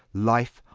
life,